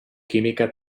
química